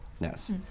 Yes